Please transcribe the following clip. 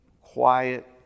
quiet